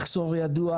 מחסור ידוע,